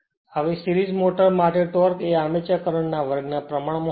તેથી સિરીજમોટર માટે ટોર્ક એ આર્મચર કરંટ ના વર્ગ ના પ્રમાણમાં હોય છે